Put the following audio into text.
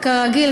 כרגיל,